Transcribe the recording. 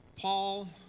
Paul